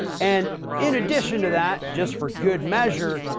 and in addition to that, just for good measure,